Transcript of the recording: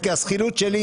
השכירות.